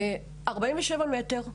בת 47 מ"ר,